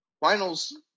finals